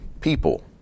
people